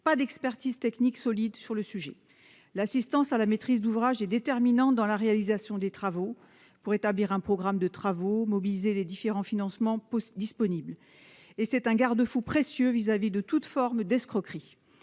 pas d'expertise technique solide sur le sujet, l'assistance à la maîtrise d'ouvrage et déterminant dans la réalisation des travaux pour établir un programme de travaux mobiliser les différents financements poste disponible et c'est un garde-fou précieux vis-à-vis de toute forme d'escroquerie,